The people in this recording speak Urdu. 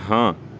ہاں